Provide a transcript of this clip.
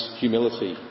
humility